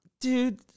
Dude